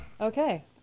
Okay